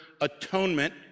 atonement